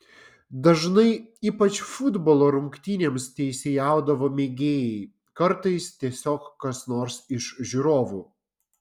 dažnai ypač futbolo rungtynėms teisėjaudavo mėgėjai kartais tiesiog kas nors iš žiūrovų